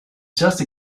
just